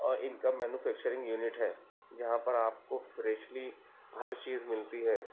اور ان کا مینوفیکچرنگ یونٹ ہے جہاں پر آپ کو فریشلی ہر چیز ملتی ہے